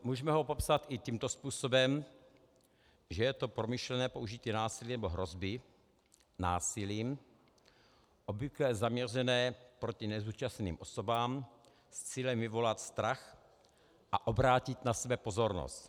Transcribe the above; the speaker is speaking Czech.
Můžeme ho popsat i tímto způsobem, že je to promyšlené použití násilí nebo hrozby násilím obvykle zaměřené proti nezúčastněným osobám s cílem vyvolat strach a obrátit na sebe pozornost.